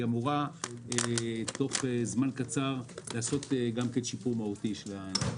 והיא אמורה תוך זמן קצר לעשות שיפור מהותי של הדברים.